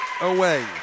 away